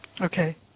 Okay